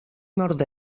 nord